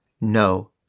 no